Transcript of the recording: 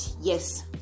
Yes